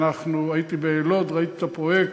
הייתי בלוד, ראיתי את הפרויקט,